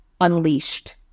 unleashed